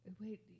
Wait